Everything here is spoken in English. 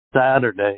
Saturday